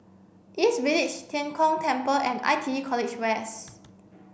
East Village Tian Kong Temple and I T E College West